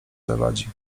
zawadzi